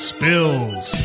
Spills